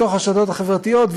מתוך הרשתות החברתיות,